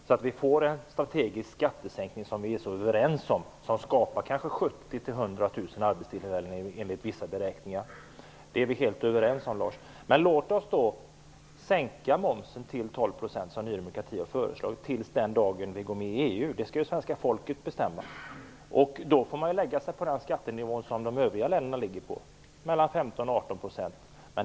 Då får vi en strategisk skattesänkning, som vi är så överens om. Det skulle enligt vissa beräkningar skapa 70 000--100 000 arbetstillfällen. Men låt oss då sänka momsen till 12 %, som Ny demokrati har föreslagit, tills den dagen vi går med i EU -- det skall ju svenska folket bestämma om. Då får man lägga sig på skattenivån 15--18 % som övriga länderna har.